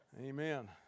Amen